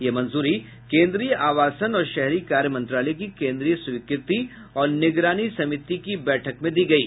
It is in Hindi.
यह मंजूरी केन्द्रीय आवासन और शहरी कार्य मंत्रालय की केन्द्रीय स्वीकृति और निगरानी समिति की बैठक में दी गयी